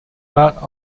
bulk